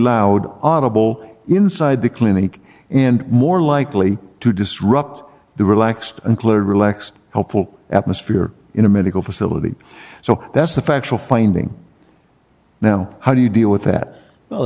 loud audible inside the clinic and more likely to disrupt the relaxed and relaxed helpful atmosphere in a medical facility so that's the factual finding now how do you deal with that